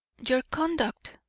your conduct,